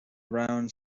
round